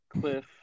cliff